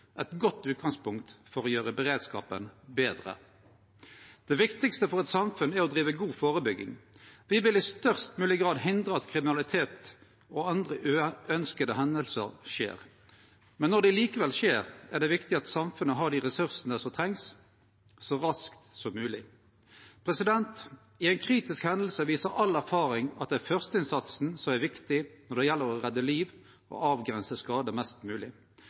eit godt utgangspunkt for å gjere beredskapen betre. Det viktigaste for eit samfunn er å drive god førebygging. Me vil i størst mogeleg grad hindre at kriminalitet og andre uønskte hendingar skjer. Men når dei likevel skjer, er det viktig at samfunnet har dei ressursane som trengst, så raskt som mogeleg. I ei kritisk hending viser all erfaring at det er førsteinnsatsen som er viktig når det gjeld å redde liv og avgrense skadane mest